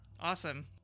Awesome